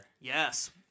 yes